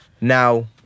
Now